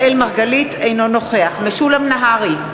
אינו נוכח משולם נהרי,